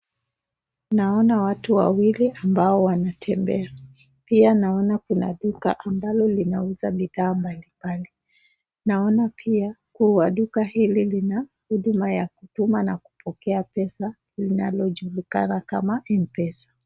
Naona watu wawili ambao wanatembea, pia naona kuna duka ambalo linauza bidhaa mbalimbali. Naona pia kuwa duka hili lina huduma ya kutuma na kupokea pesa linalojulikana kama Mpesa.